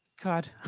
God